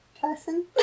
person